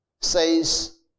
says